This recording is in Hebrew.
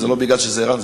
וזה לא מפני שזה ער"ן,